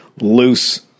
loose